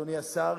אדוני השר,